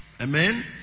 Amen